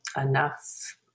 enough